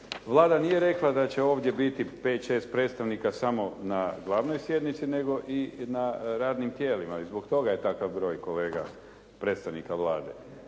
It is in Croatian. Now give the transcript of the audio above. Vlada nije rekla da će ovdje biti 5, 6 predstavnika samo na glavnoj sjednici nego i na radnim tijelima i zbog toga je takav broj kolega predstavnika Vlade.